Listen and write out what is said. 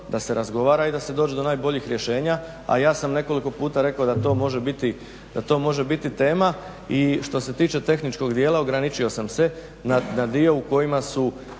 da se razgovara i da se dođe do najboljih rješenja, a ja sam nekoliko puta rekao da to može biti tema i što se tiče tehničkog dijela ograničio sam se na dio u kojima su